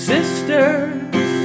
Sisters